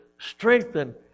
strengthen